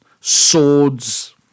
swords